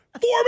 four